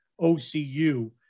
OCU